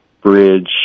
bridge